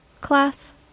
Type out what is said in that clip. class